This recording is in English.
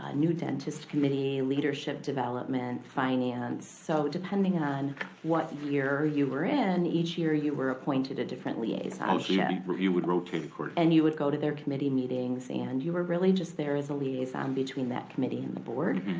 ah new dentist committee, leadership development, finance. so depending on what year you were in, each year you were appointed a different liaison. oh, yeah so you would rotate accordingly. and you would go to their committee meetings and you were really just there as a liaison between that committee and the board.